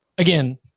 Again